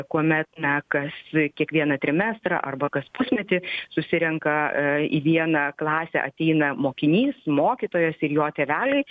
kuomet na kas kiekvieną trimestrą arba kas pusmetį susirenka į vieną klasę ateina mokinys mokytojas ir jo tėveliai